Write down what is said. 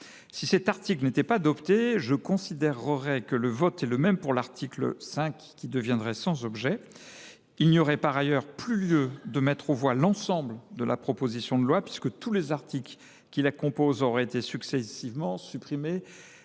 Si cet article n’était pas adopté, je considérerais que le vote est le même pour l’article 5, qui deviendrait sans objet. Il n’y aurait par ailleurs plus lieu de mettre aux voix l’ensemble de la proposition de loi, puisque tous les articles qui la composent auraient été successivement supprimés